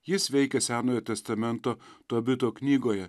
jis veikia senojo testamento tobito knygoje